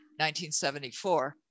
1974